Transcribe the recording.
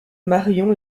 marion